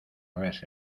res